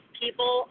people